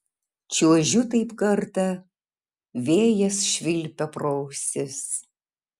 čiuožiu taip kartą vėjas švilpia pro ausis